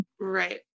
Right